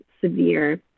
severe